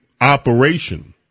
operation